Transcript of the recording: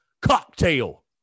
cocktail